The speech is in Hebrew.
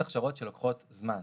אלה פשוט הכשרות שלוקחות זמן.